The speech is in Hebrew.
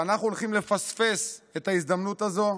ואנחנו הולכים לפספס את ההזדמנות הזאת,